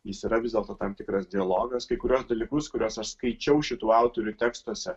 jis yra vis dėlto tam tikras dialogas kai kuriuos dalykus kuriuos aš skaičiau šitų autorių tekstuose